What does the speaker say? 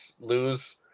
lose